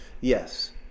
yes